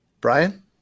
Brian